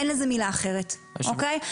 אין לזה מילה אחרת, אוקיי?